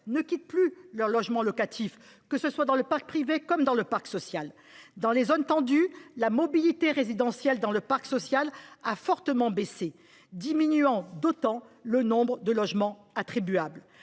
ne quittent plus leur logement locatif, que ce soit dans le parc privé ou dans le parc social. Dans les zones tendues, la mobilité résidentielle dans le parc social a fortement baissé, diminuant d’autant le nombre de logements attribuables.